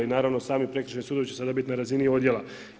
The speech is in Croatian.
I naravno sami Prekršajni sudovi će se dobiti na razini odjela.